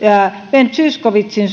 ben zyskowiczin